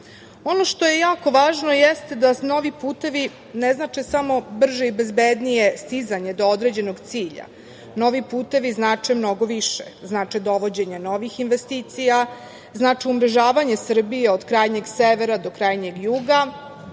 što je jako važno jeste da novi putevi ne znače samo brže i bezbednije stizanje do određenog cilja. Novi putevi znače mnogo više, znače dovođenje novih investicija, znače umrežavanje Srbije od krajnjeg severa do krajnjeg juga,